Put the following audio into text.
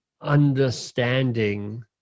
understanding